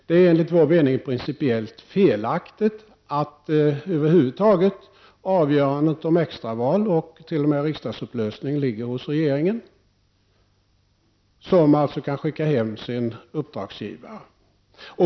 Det är enligt vår mening över huvud taget principiellt felaktigt att avgörandet om extra val och t.o.m. om riksdagens upplösning ligger hos regeringen, som således kan skicka hem sina uppdragsgivare.